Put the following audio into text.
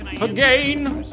again